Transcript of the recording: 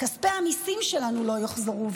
כספי המיסים שלנו לא יחזרו,